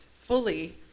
fully